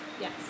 Yes